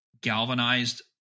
galvanized